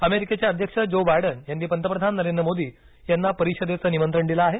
अमेरिकेचे अध्यक्ष Joe Biden यांनी पंतप्रधान नरेंद्र मोदी यांना परिषदेचं निमंत्रण दिलं आहे